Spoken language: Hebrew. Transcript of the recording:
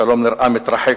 השלום נראה מתרחק,